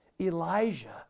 Elijah